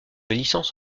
licence